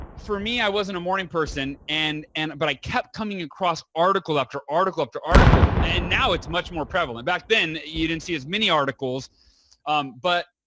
for me, i wasn't a morning person and and but i kept coming across article after article after article and now it's much more prevalent. back then you didn't see as many articles um but,